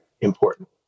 important